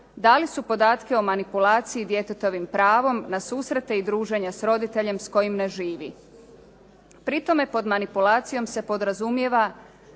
dali su podatke o manipulaciji djetetovim pravom na susrete i druženja s roditeljem s kojim ne živi. Pri tome pod manipulacijom se podrazumijeva